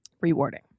rewarding